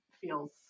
feels